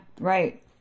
right